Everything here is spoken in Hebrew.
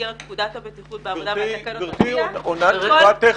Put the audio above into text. במסגרת פקודת הבטיחות בעבודה --- גבירתי עונה תשובה טכנית.